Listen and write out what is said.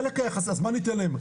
אז מה ניתן להם?